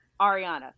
Ariana